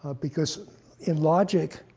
ah because in logic,